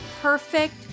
perfect